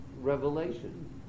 revelation